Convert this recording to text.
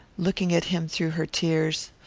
looking at him through her tears.